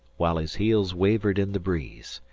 while his heels wavered in the breeze.